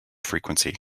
frequency